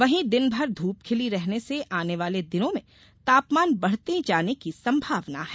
वहीं दिन भर धूप खिली रहने से आने वाले दिनों में तापमान बढ़ते जाने की संभावना है